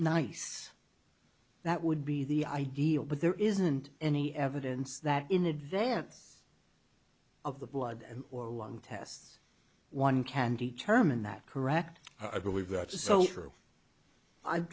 nice that would be the ideal but there isn't any evidence that in advance of the blood and or one test one can determine that correct i believe that's so true i'm